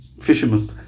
Fisherman